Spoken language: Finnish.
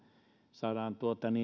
saadaan